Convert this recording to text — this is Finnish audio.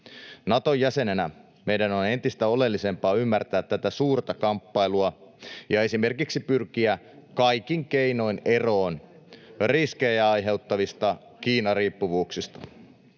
Nato-jäsenenä meidän on entistä oleellisempaa ymmärtää tätä suurta kamppailua ja esimerkiksi pyrkiä kaikin keinoin eroon riskejä aiheuttavista Kiina-riippuvuuksista.